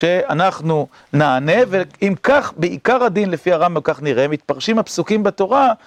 שאנחנו נענה, ואם כך, בעיקר הדין לפי הרמב״ם כך נראה, מתפרשים הפסוקים בתורה...